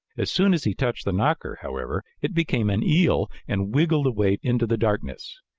as soon as he touched the knocker, however, it became an eel and wiggled away into the darkness.